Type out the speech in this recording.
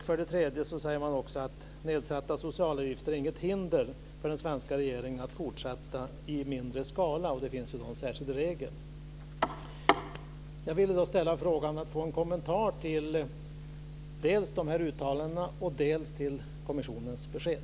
För det tredje säger man att det inte är något hinder för den svenska regeringen att fortsätta med nedsatta sociala avgifter i mindre skala om det finns en särskild regel. Jag vill få en kommentar till dels uttalandena, dels kommissionens besked.